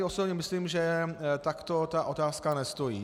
Osobně si myslím, že takto ta otázka nestojí.